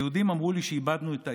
היהודים אמרו לי שאיבדנו את העיר.